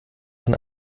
von